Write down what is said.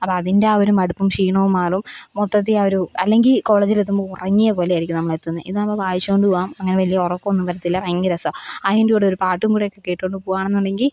അപ്പം അതിൻ്റെ ആ ഒരു മടുപ്പും ക്ഷീണവും മാറും മൊത്തത്തിൽ ആ ഒരു അല്ലെങ്കിൽ കോളേജിലെത്തുമ്പോൾ ഉറങ്ങിയ പോലെ ആയിരിക്കും നമ്മൾ എത്തുന്ന ഇതാവുമ്പോൾ വായിച്ചു കൊണ്ട് പോവാം അങ്ങനെ വലിയ ഉറക്കമൊന്നും വരത്തില്ല ഭയങ്കര രസാണ് അതിൻ്റെ കൂടെ ഒരു പാട്ടും കൂടെയൊക്കെ കേട്ടു കൊണ്ട് പോവുകയാണെണ്ടെങ്കിൽ